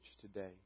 today